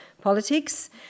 politics